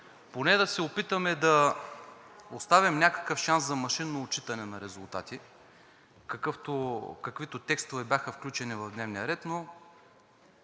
поне да се опитаме да оставим някакъв шанс за машинно отчитане на резултати, каквито текстове бяха включени в дневния ред, но